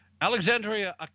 Alexandria